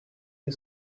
you